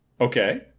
Okay